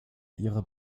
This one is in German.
ihrer